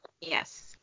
Yes